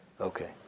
Okay